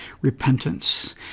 repentance